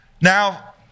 Now